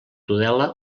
tudela